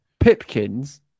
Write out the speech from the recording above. Pipkins